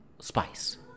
Spice